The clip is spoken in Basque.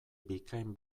bikain